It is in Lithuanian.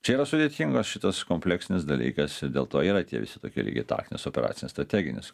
čia yra sudėtingas šitas kompleksinis dalykas ir dėl to yra tie visi tokie ilgi taktinės operacinės strateginės